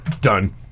done